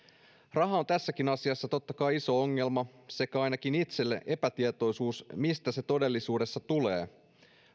raha on tässäkin asiassa totta kai iso ongelma sekä ainakin itselleni epätietoisuus siitä mistä se todellisuudessa tulee